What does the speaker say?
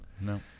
no